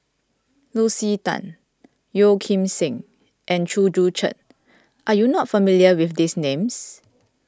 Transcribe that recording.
Lucy Tan Yeo Kim Seng and Chew Joo Chiat are you not familiar with these names